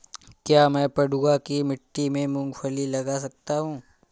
क्या मैं पडुआ की मिट्टी में मूँगफली लगा सकता हूँ?